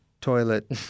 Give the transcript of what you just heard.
toilet